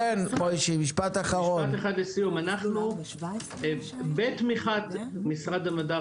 אנחנו בתמיכת משרד המדע,